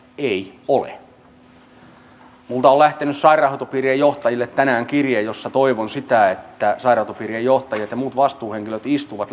ei ole minulta on lähtenyt sairaanhoitopiirien johtajille tänään kirje jossa toivon sitä että sairaanhoitopiirien johtajat ja muut vastuuhenkilöt istuvat